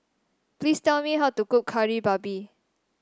please tell me how to cook Kari Babi